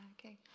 okay